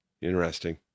Interesting